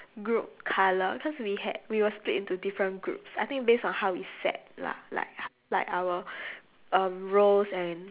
group colour cause we had we were split into different groups I think based on how we sat lah like h~ like our um rows and